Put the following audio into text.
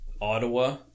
Ottawa